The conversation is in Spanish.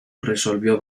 resolvió